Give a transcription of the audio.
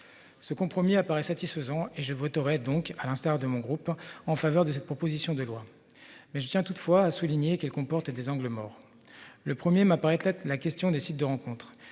Ce compromis apparaît satisfaisant et je voterai donc à l'instar de mon groupe en faveur de cette proposition de loi. Mais je tiens toutefois à souligner qu'elle comporte et des angles morts. Le premier m'apparaît être la question des sites de rencontres.